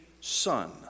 son